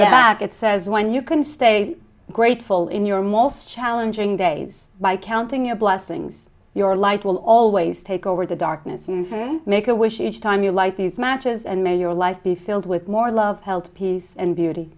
it says when you can stay great pull in your most challenging days by counting your blessings your light will always take over the darkness and make a wish each time you light these matches and may your life be filled with more love health peace and beauty